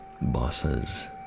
bosses